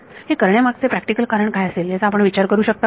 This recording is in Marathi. हे करण्यामागचे प्रॅक्टिकल कारण काय असेल याचा आपण विचार करू शकता का